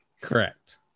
correct